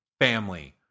Family